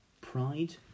pride